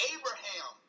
Abraham